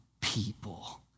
people